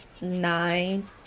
nine